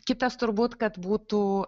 kitas turbūt kad būtų